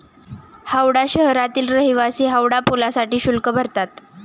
हावडा शहरातील रहिवासी हावडा पुलासाठी शुल्क भरतात